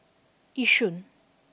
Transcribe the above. Yishun